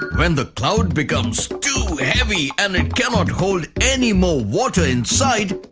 when the cloud becomes too heavy and it cannot hold any more water inside,